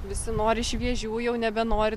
visi nori šviežių jau nebenori